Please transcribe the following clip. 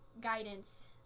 Guidance